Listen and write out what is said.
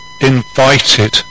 invited